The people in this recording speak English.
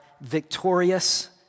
victorious